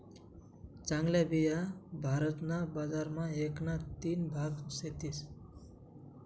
चांगल्या बिया भारत ना बजार मा एक ना तीन भाग सेतीस